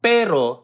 Pero